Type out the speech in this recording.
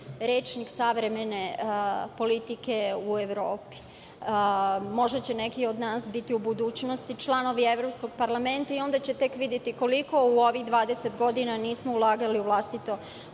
rečnik savremene politike u Evropi. Možda će neki od nas biti u budućnosti članovi Evropskog parlamenta i onda će tek videti koliko u ovih 20 godina nismo ulagali u vlastito